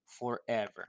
forever